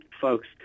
folks